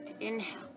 inhale